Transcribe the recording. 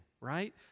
right